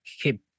keep